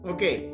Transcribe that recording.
Okay